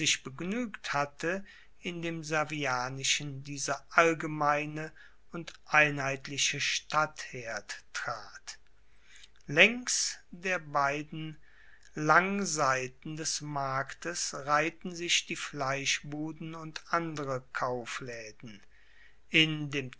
begnuegt hatte in dem servianischen dieser allgemeine und einheitliche stadtherd trat laengs der beiden langseiten des marktes reihten sich die fleischbuden und andere kauflaeden in dem